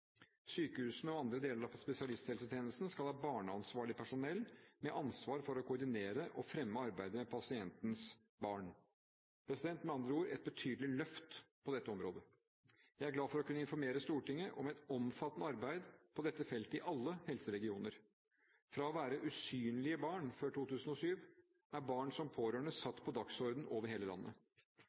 Sykehusene og andre deler av spesialisthelsetjenesten skal ha barneansvarlig personell med ansvar for å koordinere og fremme arbeidet med pasientens barn – med andre ord et betydelig løft på dette området. Jeg er glad for å kunne informere Stortinget om et omfattende arbeid på dette feltet i alle helseregioner. Fra å være «usynlige barn» før 2007, er barn som pårørende satt på dagsordenen over hele landet.